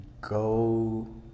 Go